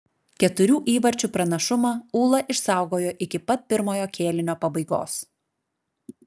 keturių įvarčių pranašumą ūla išsaugojo iki pat pirmojo kėlinio pabaigos